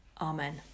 Amen